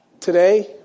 today